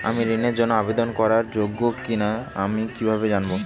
আমি ঋণের জন্য আবেদন করার যোগ্য কিনা তা আমি কীভাবে জানব?